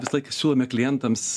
visą laiką siūlome klientams